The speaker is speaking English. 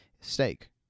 Steak